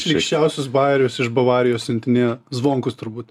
šlykščiausius bajerius iš bavarijos siuntinėjo zvonkus turbūt